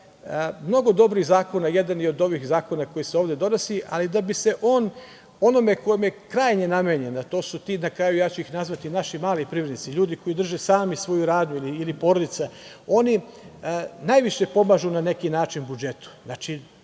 mnogo dobrih zakona, a jedan od njih je zakon koji se ovde donosi, ali da bi se on onome kome je krajnje namenjen, a to su, ja ću ih nazvati, naši mali privrednici, ljudi koji drže sami svoju radnju ili porodica, oni najviše pomažu na neki način budžetu,